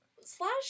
Slash